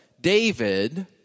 David